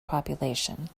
population